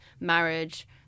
marriage